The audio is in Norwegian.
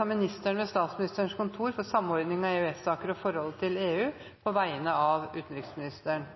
av ministeren ved Statsministerens kontor for samordning av EØS-saker og forholdet til EU, på vegne av utenriksministeren.